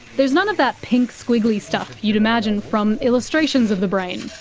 there's none of that pink squiggly stuff you'd imagine from illustrations of the brain.